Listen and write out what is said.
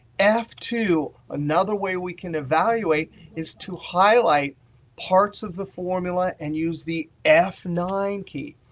f two. another way we can evaluate is to highlight parts of the formula and use the f nine key.